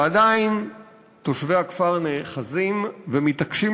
ועדיין תושבי הכפר נאחזים ומתעקשים